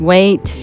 Wait